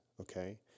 okay